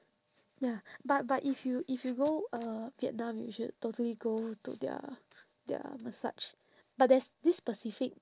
ya but but if you if you go uh vietnam you should totally go to their their massage but there is this specific